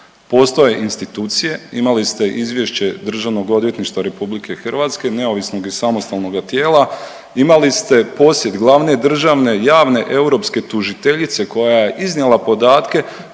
Postoje institucije, imali ste izvješće DORH-a neovisnog i samostalnoga tijela, imali ste posjet glavne državne javne europske tužiteljice koja je iznijela podatke